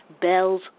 Bell's